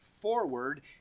forward